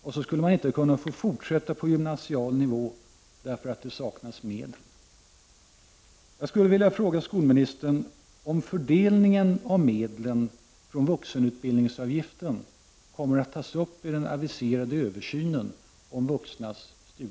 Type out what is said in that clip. Sedan skall man inte kunna fortsätta på gymnasial nivå, därför att det saknas medel!